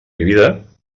vida